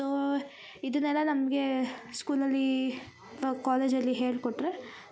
so ಇದನ್ನೆಲ್ಲ ನಮಗೆ ಸ್ಕೂಲಲ್ಲಿ ಕಾಲೇಜಲ್ಲಿ ಹೇಳ್ಕೊಟ್ಟರೆ